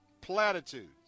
Platitudes